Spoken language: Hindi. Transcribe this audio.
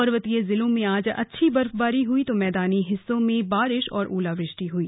पर्वतीय जिलों में आज अच्छी बर्फबारी हुई तो मैदानी हिस्सों में बारिश और ओलावृष्टि हुई